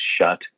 shut